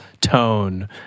tone